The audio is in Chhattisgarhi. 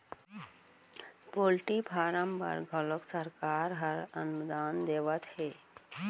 पोल्टी फारम बर घलोक सरकार ह अनुदान देवत हे